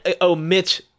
omit